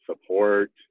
support